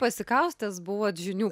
pasikaustęs buvot žinių